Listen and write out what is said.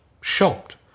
shocked